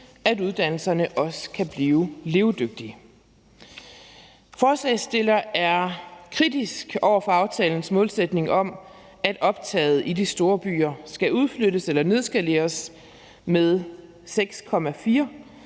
at uddannelserne også kan blive levedygtige. Forslagstillerne er kritiske over for aftalens målsætning om, at optaget i de store byer skal udflyttes eller nedskaleres med 6,4